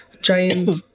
giant